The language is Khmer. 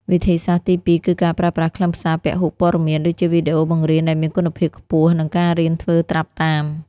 វិធីសាស្ត្រទីពីរគឺការប្រើប្រាស់ ខ្លឹមសារពហុព័ត៌មាន ដូចជាវីដេអូបង្រៀនដែលមានគុណភាពខ្ពស់ និងការរៀនធ្វើត្រាប់តាម។